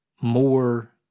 more